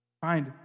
Find